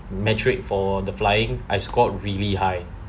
metric for the flying I scored really high